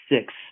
six